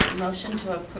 motion to ah